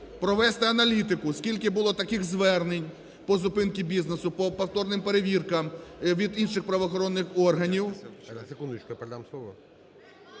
провести аналітику, скільки було таких звернень по зупинці бізнесу, по повторним перевіркам від інших правоохоронних органів…